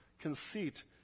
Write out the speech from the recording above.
conceit